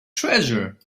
treasure